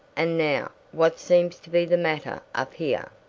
and now, what seems to be the matter up here?